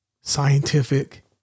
scientific